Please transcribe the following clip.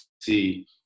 see